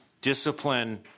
Discipline